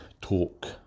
talk